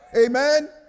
amen